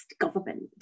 government